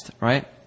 right